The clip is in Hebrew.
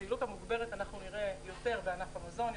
פעילות מוגברת אנחנו רואים יותר בענף המזון,